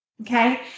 Okay